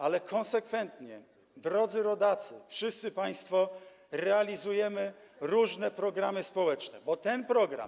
Ale konsekwentnie, drodzy rodacy, wszyscy państwo, realizujemy różne programy społeczne, bo ten program.